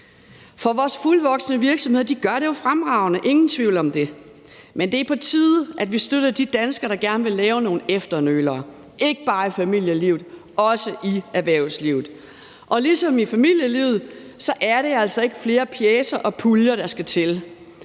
For vores fuldvoksne virksomheder gør det fremragende, ingen tvivl om det, men det er på tide, at vi støtter de danskere, der gerne vil lave nogle efternølere, ikke bare i familielivet, også i erhvervslivet. Og ligesom i familielivet er det altså ikke flere pjecer og puljer, der skal til.